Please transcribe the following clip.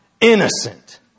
Innocent